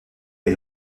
est